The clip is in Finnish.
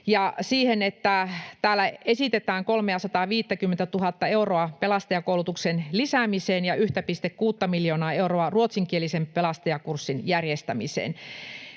täällä esitetään 350 000 euroa pelastajakoulutuksen lisäämiseen ja 1,6 miljoonaa euroa ruotsinkielisen pelastajakurssin järjestämiseen.